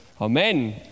Amen